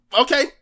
Okay